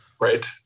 Right